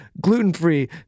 gluten-free